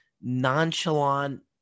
nonchalant